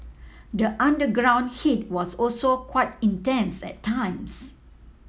the underground heat was also quite intense at times